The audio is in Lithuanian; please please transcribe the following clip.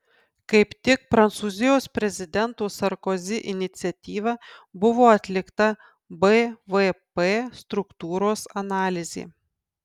kaip tik prancūzijos prezidento sarkozi iniciatyva buvo atlikta bvp struktūros analizė